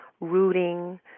Rooting